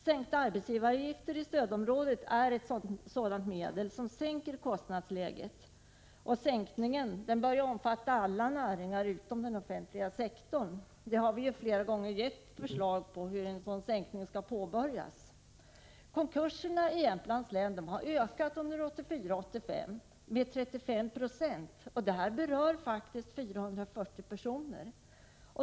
Sänkta arbetsgivaravgifter i stödområdet är ett sådant medel som förbättrar kostnadsläget. Sänkningen bör omfatta alla näringar utom den offentliga sektorn, och vi har ju flera gånger gett förslag till hur en sådan sänkning skall påbörjas. Konkurserna i Jämtlands län har ökat med 35 26 mellan 1984 och 1985. Detta berör faktiskt 440 personer.